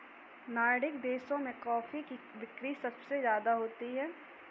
Nordic देशों में coffee की बिक्री सबसे ज्यादा होती है